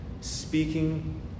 Speaking